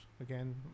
Again